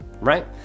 right